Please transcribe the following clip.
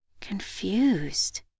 Confused